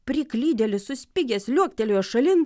priklydėlis suspigęs liuoktelėjo šalin